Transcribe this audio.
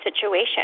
situation